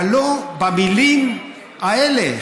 אבל לא במילים האלה.